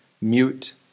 mute